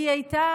היא הייתה